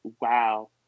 Wow